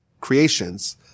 creations